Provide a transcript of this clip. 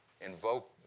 invoke